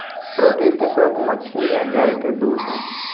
protein के स्त्रोत मछली आ गाय के दूध ह